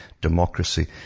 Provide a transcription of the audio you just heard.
democracy